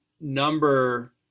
number